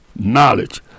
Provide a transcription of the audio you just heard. knowledge